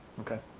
okay?